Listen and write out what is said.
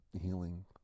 healing